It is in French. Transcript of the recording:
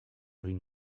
une